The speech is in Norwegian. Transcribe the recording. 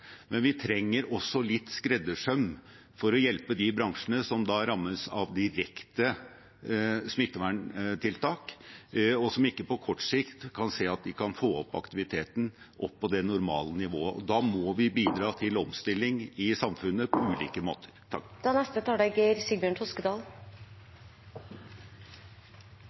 men vi trenger også litt skreddersøm for å hjelpe de bransjene som rammes direkte av smitteverntiltak, og som på kort sikt ikke kan få aktiviteten opp på det normale nivået. Da må vi bidra til omstilling i samfunnet på ulike måter.